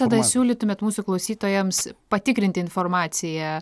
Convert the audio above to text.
tada siūlytumėt mūsų klausytojams patikrinti informaciją